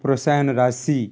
ପ୍ରୋତ୍ସାହନ ରାଶି